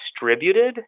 distributed